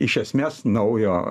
iš esmės naujo